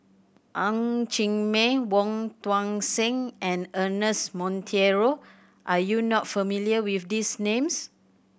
Ng Chee Meng Wong Tuang Seng and Ernest Monteiro are you not familiar with these names